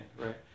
right